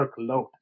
workload